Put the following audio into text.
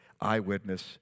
eyewitness